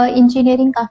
engineering